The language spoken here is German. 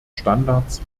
standards